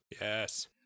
Yes